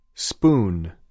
Spoon